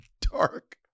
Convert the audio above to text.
dark